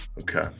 Okay